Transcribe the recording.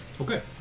Okay